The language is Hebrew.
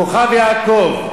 כוכב-יעקב,